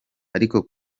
ariko